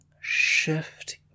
shift